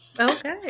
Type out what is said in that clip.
okay